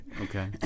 Okay